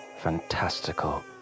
fantastical